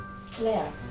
Claire